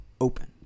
open